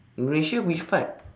indonesia which part